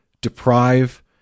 deprive